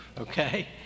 okay